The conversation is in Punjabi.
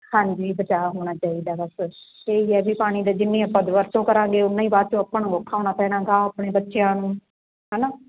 ਹਾਂਜੀ ਬਚਾਅ ਹੋਣਾ ਚਾਹੀਦਾ ਬਸ ਇਹ ਹੀ ਹੈ ਵੀ ਪਾਣੀ ਦਾ ਜਿੰਨੀ ਆਪਾਂ ਦੁਰਵਰਤੋਂ ਕਰਾਂਗੇ ਉਨਾਂ ਹੀ ਬਾਅਦ 'ਚੋ ਆਪਾਂ ਨੂੰ ਔਖਾ ਹੋਣਾ ਪੈਣਾ ਅਗਾਂਹ ਆਪਣੇ ਬੱਚਿਆਂ ਨੂੰ ਹੈ ਨਾ